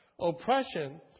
Oppression